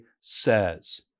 says